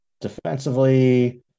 defensively